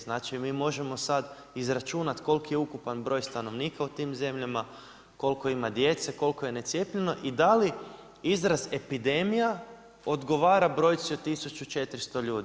Znači, mi možemo sada izračunati koliki je ukupan broj stanovnika u tim zemljama, koliko ima djece, koliko je necijepljeno i da li izraz epidemija odgovara brojci od tisuću 400 ljudi.